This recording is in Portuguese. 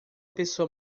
pessoa